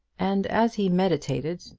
and, as he meditated,